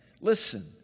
Listen